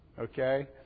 okay